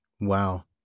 Wow